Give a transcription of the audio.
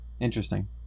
interesting